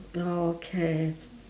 okay